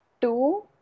two